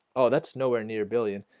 oh that nowhere near billion,